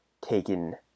taken